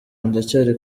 ndacyari